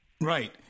Right